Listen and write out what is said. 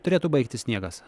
turėtų baigtis sniegas